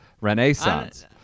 Renaissance